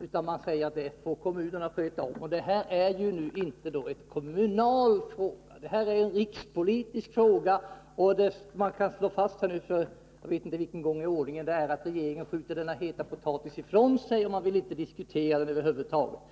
utan säger att den får kommunerna sköta. Detta är inte — 31 mars 1981 en kommunal fråga — det är en rikspolitisk fråga. Vi kan nu slå fast — jag vet inte för vilken gång i ordningen: regeringen skjuter denna heta potatis ifrån sig och vill över huvud taget inte diskutera den.